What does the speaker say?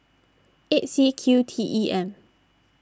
eight C Q T E M